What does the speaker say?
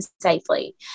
safely